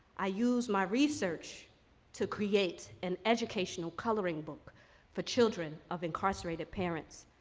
i use my research to create an educational coloring book for children of incarcerated parents,